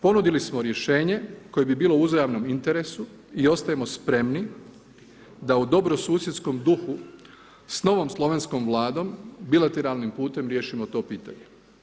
Ponudili smo rješenje koje bilo u uzajamnom interesu i ostajemo spremni da u dobrosusjedskom duhu s novom slovenskom Vladom bilateralnim putem riješimo to pitanje.